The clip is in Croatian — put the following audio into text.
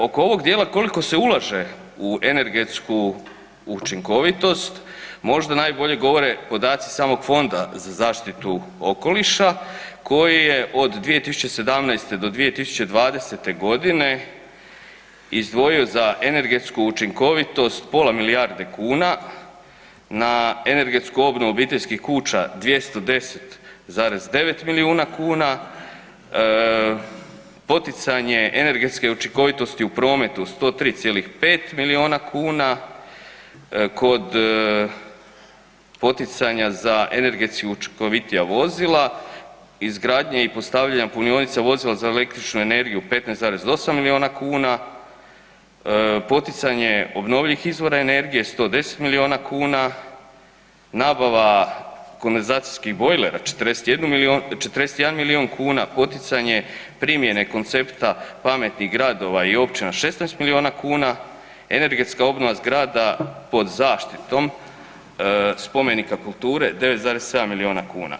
Oko ovog dijela koliko se ulaže u energetsku učinkovitost možda najbolje govore podaci samog Fonda za zaštitu okoliša koji je od 2017.-2020.g. izdvojio za energetsku učinkovitost pola milijarde kuna na energetsku obnovu obiteljskih kuća 210,9 milijuna kuna, poticanje energetsku učinkovitosti u prometu 103,5 milijuna kuna, kod poticanja za energetska učinkovitija vozila, izgradnje i postavljanje punionice vozila za električnu energiju 15,8 milijuna kuna, poticanje obnovljivih izvora energije 110 milijuna kuna, nabava kondenzacijskih bojlera 41 milijun kuna, poticanje primjene koncepta pametnih gradova i općina 16 milijuna kuna, energetska obnova zgrada pod zaštitom spomenika kulture 9,7 milijuna kuna.